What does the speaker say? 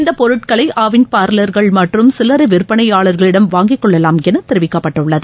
இந்த பொருட்களை ஆவின் பார்லர்கள் மற்றும் சில்லரை விற்பனையாளர்களிடம் வாங்கிக் கொள்ளலாம் என தெரிவிக்கப்பட்டுள்ளது